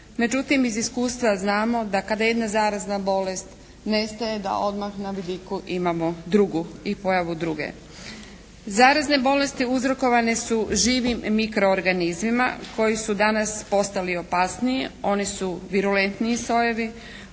Međutim iz iskustva znamo da kada jedna zarazna bolest nestaje da odmah na vidiku imamo drugu, i pojavu druge. Zarazne bolesti uzrokovane su živim mikroorganizmima koji su danas postali opasniji, oni su viruletniji sojevi,